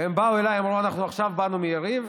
הם באו אליי ואמרו: עכשיו באנו מיריב,